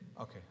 Okay